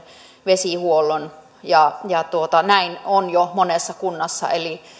vesihuollon näin on jo monessa kunnassa eli